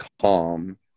calm